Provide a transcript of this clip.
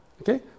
Okay